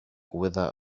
wither